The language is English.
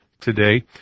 today